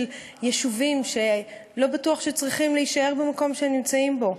יישובים שלא בטוח שצריכים להישאר במקום שהם נמצאים בו.